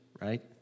right